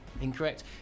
Incorrect